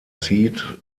zieht